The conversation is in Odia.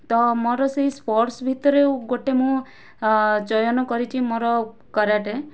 ତ ମୋର ସେ ସ୍ପୋର୍ଟସ୍ ଭିତରେ ଗୋଟିଏ ମୁଁ ଚୟନ କରିଛି ମୋର କରାଟେ